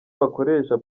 bakoresha